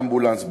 באמבולנס,